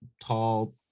tall